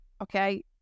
okay